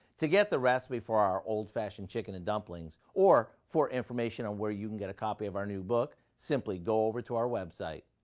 to get the recipe for our old-fashioned chicken and dumplings, or for information on where you can get a copy of our new book, simply go over to our website.